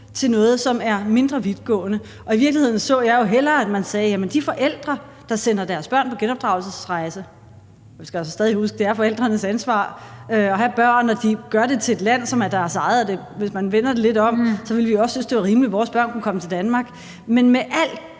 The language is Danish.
til noget, der er mindre vidtgående. I virkeligheden så jeg jo hellere, at man sagde, at det er de forældre, der sender deres børn på genopdragelsesrejser, der straffes. Man skal altså stadig huske, at det er forældrenes ansvar at have børn, og de sender dem til et land, der er deres eget, og hvis man vender det lidt om, ville vi jo også synes, at det var rimeligt, at vores børn kunne komme til Danmark. Men med alle